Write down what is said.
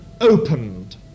opened